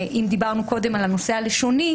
אם דיברנו קודם על הנושא הלשוני,